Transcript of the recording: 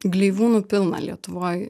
gleivūnų pilna lietuvoj